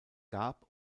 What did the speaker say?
gab